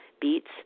beets